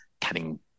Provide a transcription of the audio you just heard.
cutting